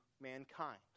mankind